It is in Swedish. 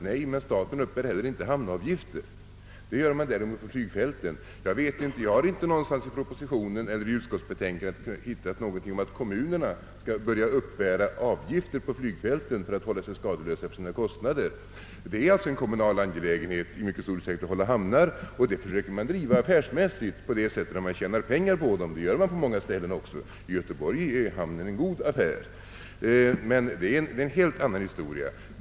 Nej, men staten tar inte heller upp hamnavgifter. Däremot uppbäres flygplatsavgifter. Jag har inte i propositionen eller utskottsutlåtandet hittat något om att kommunerna skall börja uppbära avgifter för flygfälten för att hålla sig skadeslösa för sina kostnader, Det är en kommunal angelägenhet i mycket stor utsträckning att hålla hamnar, och man försöker driva verksamheten affärsmässigt så att man tjänar pengar på den. I t.ex. Göteborg är hamnen en god affär. Men det är en annan historia.